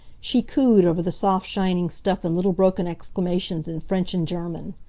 she cooed over the soft-shining stuff in little broken exclamations in french and german.